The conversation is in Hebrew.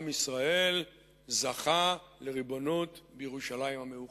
עם ישראל זכה לריבונות בירושלים המאוחדת.